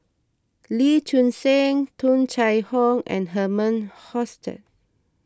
Lee Choon Seng Tung Chye Hong and Herman Hochstadt